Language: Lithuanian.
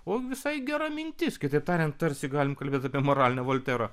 o visai gera mintis kitaip tariant tarsi galim kalbėt apie moralinę voltero